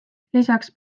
lisaks